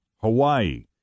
Hawaii